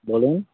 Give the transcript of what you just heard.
বলুন